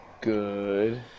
Good